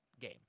game